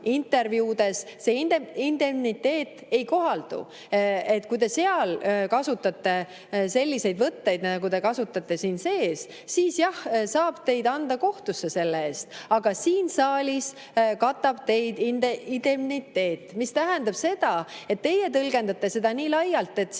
see indemniteet ei kohaldu – kui te seal kasutate selliseid võtteid, nagu te kasutate siin sees, siis jah, saab teid anda kohtusse selle eest. Aga siin saalis katab teid indemniteet, mis tähendab seda, et teie tõlgendate seda nii laialt, et siin